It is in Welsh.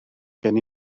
gen